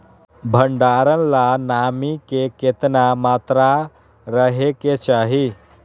भंडारण ला नामी के केतना मात्रा राहेके चाही?